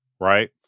Right